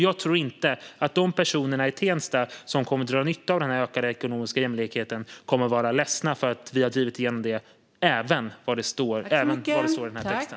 Jag tror inte att de personer i Tensta som kommer att dra nytta av den ökade ekonomiska jämlikheten kommer att vara ledsna för att vi har drivit igenom detta, oavsett vad som står i texten.